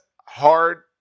hard